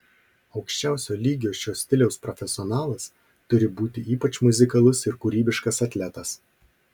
aukščiausio lygio šio stiliaus profesionalas turi būti ypač muzikalus ir kūrybiškas atletas